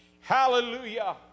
Hallelujah